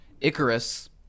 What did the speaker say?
Icarus